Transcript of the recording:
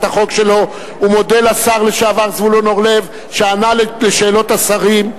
החוק שלו ומודה לשר לשעבר זבולון אורלב שענה על שאלות השרים.